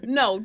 no